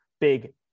big